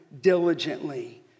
diligently